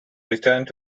returned